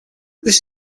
this